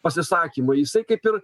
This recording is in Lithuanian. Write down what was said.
pasisakymai jisai kaip ir